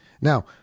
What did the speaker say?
Now